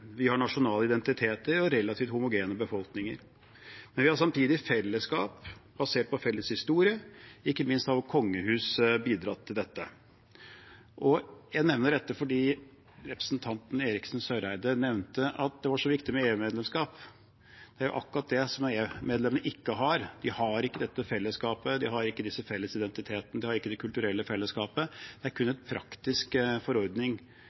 Vi har nasjonale identiteter og relativt homogene befolkninger. Vi har samtidig fellesskap basert på felles historie, ikke minst har kongehus bidratt til dette. Jeg nevner dette fordi representanten Eriksen Søreide nevnte at det var så viktig med EU-medlemskap. Det er jo akkurat det EU-medlemmene ikke har – de har ikke dette fellesskapet, de har ikke disse felles identitetene, de har ikke det kulturelle fellesskapet. Det er kun en praktisk forordning